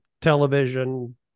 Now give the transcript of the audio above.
television